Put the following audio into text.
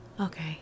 okay